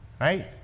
right